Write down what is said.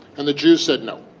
and the jews said no